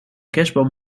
kerstboom